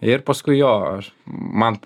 ir paskui jo aš man